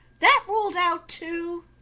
that ruled out too?